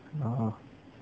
uh uh